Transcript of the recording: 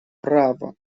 право